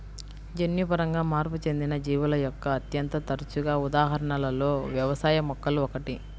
జన్యుపరంగా మార్పు చెందిన జీవుల యొక్క అత్యంత తరచుగా ఉదాహరణలలో వ్యవసాయ మొక్కలు ఒకటి